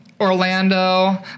Orlando